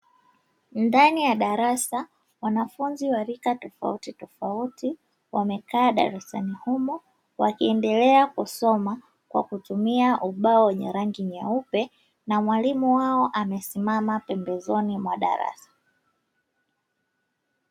Ndani ya darasa wanafunzi wa rika tofauti tofauti wamekaa, darasani humo wakiendelea kusoma kwa kutumia ubao wenye, rangi nyeupe na mwalimu wao amesimama pembezoni mwa darasa.